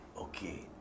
Okay